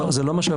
זה לא מה שאמרתי.